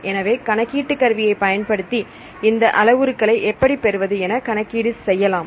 எனவே கணக்கீட்டு கருவியைப் பயன்படுத்தி இந்த அளவுருக்களை எப்படி பெறுவது என கணக்கீடு செய்யலாம்